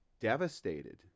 devastated